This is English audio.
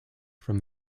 from